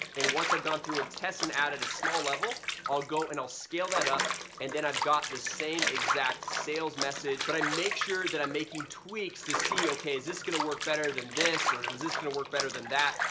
and once i've gone through a test and added a small level i'll go and i'll scale that up and then i've got the same exact sales message, but i make sure that i'm making tweaks to see okay is this gonna work better than this or is this gonna work better than that?